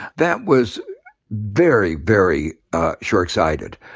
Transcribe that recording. that was very, very shortsighted.